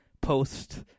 post